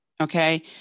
Okay